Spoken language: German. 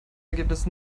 ergebnis